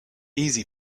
easy